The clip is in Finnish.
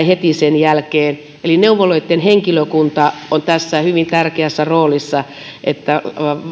heti sen jälkeen neuvoloitten henkilökunta on tässä hyvin tärkeässä roolissa että